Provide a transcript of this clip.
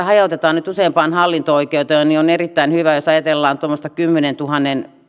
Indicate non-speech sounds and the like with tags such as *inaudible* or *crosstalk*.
*unintelligible* hajautetaan nyt useampaan hallinto oikeuteen se on erittäin hyvä jos ajatellaan tuommoista kymmenentuhannen